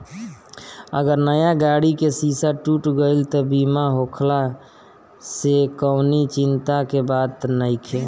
अगर नया गाड़ी के शीशा टूट गईल त बीमा होखला से कवनी चिंता के बात नइखे